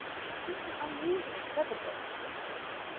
she seems an unusually clever girl, said ramage.